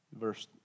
Verse